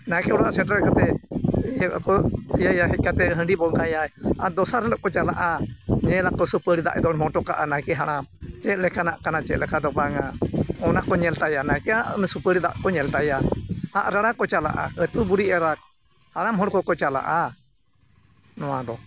ᱱᱟᱭᱠᱮ ᱚᱲᱟᱜ ᱥᱮᱴᱮᱨ ᱠᱟᱛᱮᱫ ᱤᱭᱟᱹ ᱟᱠᱚ ᱤᱭᱟᱹ ᱭᱟ ᱦᱮᱡ ᱠᱟᱛᱮᱫ ᱦᱟᱺᱰᱤ ᱵᱚᱸᱜᱟᱭᱟᱭ ᱟᱨ ᱫᱚᱥᱟᱨ ᱦᱤᱞᱳᱜ ᱠᱚ ᱪᱟᱞᱟᱜᱼᱟ ᱧᱮᱞ ᱟᱠᱚ ᱥᱩᱯᱟᱹᱲᱤ ᱫᱟᱜ ᱮ ᱫᱚᱲᱚᱢ ᱦᱚᱴᱚ ᱠᱟᱜᱼᱟ ᱱᱟᱭᱠᱮ ᱦᱟᱲᱟᱢ ᱪᱮᱫ ᱞᱮᱠᱟᱱᱟᱜ ᱠᱟᱱᱟ ᱪᱮᱫ ᱞᱮᱠᱟ ᱫᱚ ᱵᱟᱝᱟ ᱚᱱᱟ ᱠᱚ ᱧᱮᱞ ᱛᱟᱭᱟ ᱱᱟᱭᱠᱮᱭᱟᱜ ᱥᱩᱯᱟᱹᱲᱤ ᱫᱟᱜ ᱠᱚ ᱧᱮᱞ ᱛᱟᱭᱟ ᱟᱸᱜ ᱨᱟᱲᱟ ᱠᱚ ᱪᱟᱞᱟᱜᱼᱟ ᱟᱹᱛᱩ ᱵᱩᱲᱦᱤ ᱮᱨᱟ ᱦᱟᱲᱟᱢ ᱦᱚᱲ ᱠᱚᱠᱚ ᱪᱟᱞᱟᱜᱼᱟ ᱱᱚᱣᱟ ᱫᱚ